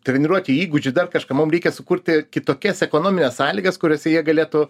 treniruoti įgūdžių dar kažkam mum reikia sukurti kitokias ekonomines sąlygas kuriose jie galėtų